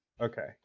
Okay